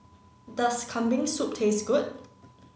does Kambing soup taste good